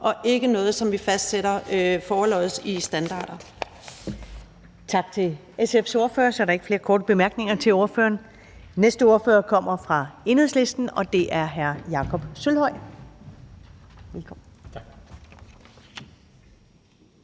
Første næstformand (Karen Ellemann): Tak til SF's ordfører. Der er ikke flere korte bemærkninger til ordføreren. Næste ordfører kommer fra Enhedslisten, og det er hr. Jakob Sølvhøj. Velkommen.